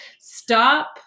stop